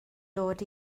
dod